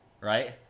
Right